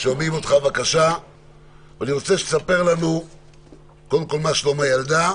אני רוצה שתספר לנו קודם כול מה שלום הילדה,